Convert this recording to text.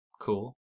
Cool